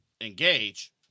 engage